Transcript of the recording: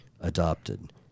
adopted